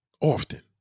Often